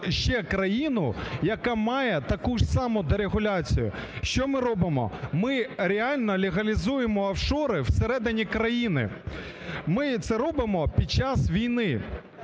ще країну, яка має таку ж саме дерегуляцію. Що ми робимо? Ми реально легалізуємо офшори в середині країни, ми це робимо під час війни.